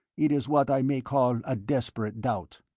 it is what i may call a desperate doubt.